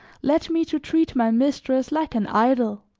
led me to treat my mistress like an idol,